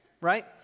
Right